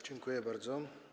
Dziękuję bardzo.